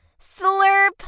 Slurp